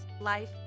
life